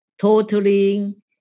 Totaling